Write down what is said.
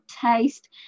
taste